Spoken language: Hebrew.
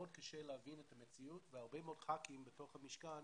מאוד קשה להבין את המציאות והרבה מאוד חברי כנסת בתוך המשכן